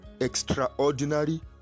extraordinary